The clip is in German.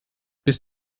bist